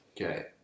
Okay